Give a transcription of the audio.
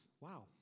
Wow